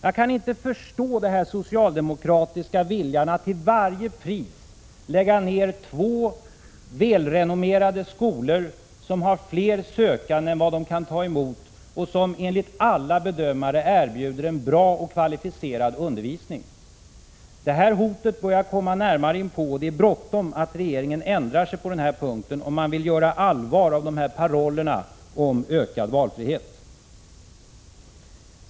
Jag kan inte förstå den socialdemokratiska viljan att till varje pris lägga ned två välrenommerade skolor, som har fler sökande än vad de kan ta emot och som enligt alla bedömare erbjuder en bra och kvalificerad undervisning. Detta hot börjar komma närmare, och regeringen måste skynda sig att ändra sig på denna punkt om den vill göra allvar av parollerna om ökad valfrihet.